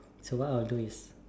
so what I'll do is